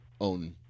own